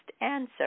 answer